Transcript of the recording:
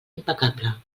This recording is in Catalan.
impecable